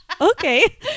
okay